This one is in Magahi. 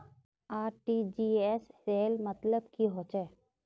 आर.टी.जी.एस सेल मतलब की होचए?